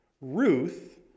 Ruth